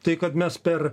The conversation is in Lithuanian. tai kad mes per